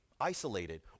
isolated